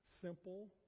simple